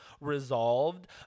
resolved